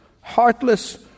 heartless